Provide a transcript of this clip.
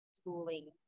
schooling